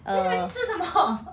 then 你们去吃什么